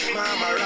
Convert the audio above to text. Mama